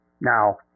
Now